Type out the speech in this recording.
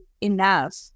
enough